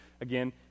again